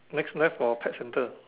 next left for pet centre